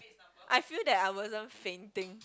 I feel that I wasn't fainting